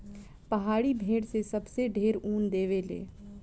पहाड़ी भेड़ से सबसे ढेर ऊन देवे ले